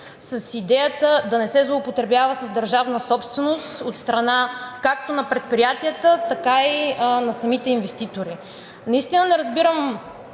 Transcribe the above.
с идеята да не се злоупотребява с държавна собственост от страна както на предприятията, така и на самите инвеститори. Наистина не разбирам